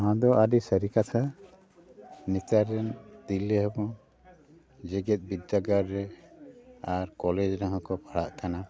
ᱱᱚᱣᱟ ᱫᱚ ᱟᱹᱰᱤ ᱥᱟᱹᱨᱤ ᱠᱟᱛᱷᱟ ᱱᱮᱛᱟᱨ ᱨᱮᱱ ᱛᱤᱨᱞᱟᱹ ᱦᱚᱯᱚᱱ ᱡᱮᱜᱮᱫ ᱵᱤᱫᱽᱫᱟᱜᱟᱲ ᱨᱮ ᱟᱨ ᱠᱚᱞᱮᱡᱽ ᱨᱮᱦᱚᱸ ᱠᱚ ᱯᱟᱲᱦᱟᱜ ᱠᱟᱱᱟ